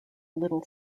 little